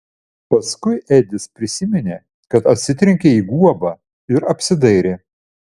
paskui edis prisiminė kad atsitrenkė į guobą ir apsidairė